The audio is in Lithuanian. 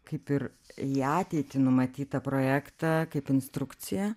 kaip ir į ateitį numatytą projektą kaip instrukciją